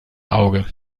auge